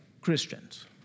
Christians